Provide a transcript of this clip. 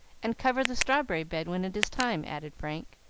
and cover the strawberry bed when it is time, added frank,